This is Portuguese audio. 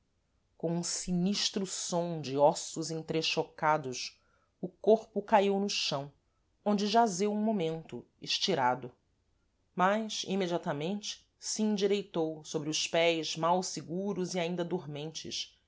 com um sinistro som de ossos entrechocados o corpo caíu no chão onde jazeu um momento estirado mas imediatamente se endireitou sôbre os pés mal seguros e ainda dormentes e